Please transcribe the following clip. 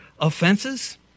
offenses